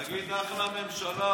תגיד: אחלה ממשלה,